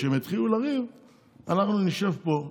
כשהם יתחילו לריב אנחנו נשב פה ונחייך,